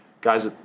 guys